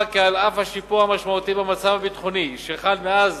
כי על אף השיפור המשמעותי במצב הביטחוני מאז